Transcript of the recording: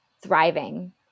thriving